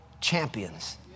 champions